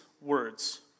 words